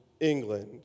England